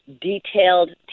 detailed